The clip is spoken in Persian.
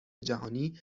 جهانی